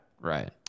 right